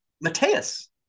Mateus